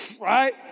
right